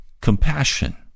compassion